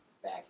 Back